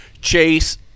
Chase